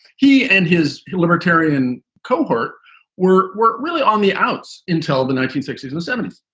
he and his libertarian cohort were were really on the outs until the nineteen sixty s and seventy s.